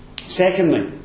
Secondly